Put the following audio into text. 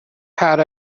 had